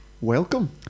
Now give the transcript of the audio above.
welcome